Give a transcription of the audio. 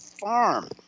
Farm